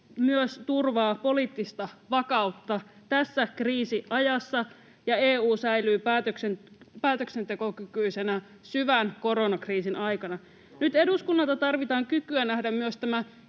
myös turvaa poliittista vakautta tässä kriisiajassa ja EU säilyy päätöksentekokykyisenä syvän koronakriisin aikana. [Ilkka Kanervan välihuuto] Nyt eduskunnalta tarvitaan kykyä nähdä myös